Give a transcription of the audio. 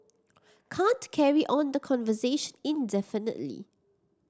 can't carry on the conversation indefinitely